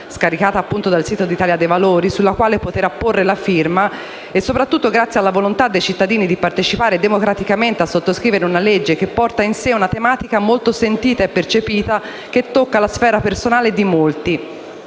scaricata dal sito dell'Italia dei Valori sulla quale poter apporre la firma, e soprattutto grazie alla volontà dei cittadini di partecipare democraticamente a sottoscrivere una legge che porta in sé una tematica molto sentita e percepita, che tocca la sfera personale di molti.